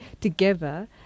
together